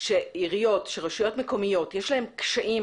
שלעיריות ולרשויות מקומיות יש קשיים